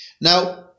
Now